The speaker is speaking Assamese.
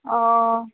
অঁ